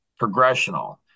progressional